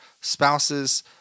spouse's